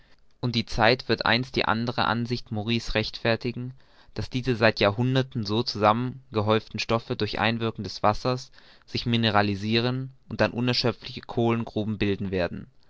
und die zeit wird einst die andere ansicht maury's rechtfertigen daß diese seit jahrhunderten so zusammen gehäuften stoffe durch einwirken des wassers sich mineralisiren und dann unerschöpfliche kohlengruben bilden werden